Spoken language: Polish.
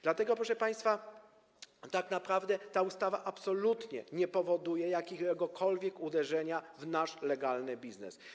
Dlatego, proszę państwa, tak naprawdę ta ustawa absolutnie nie powoduje jakiegokolwiek uderzenia w nasz legalny biznes.